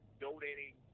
donating